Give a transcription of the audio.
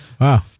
Wow